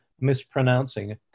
mispronouncing